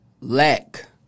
lack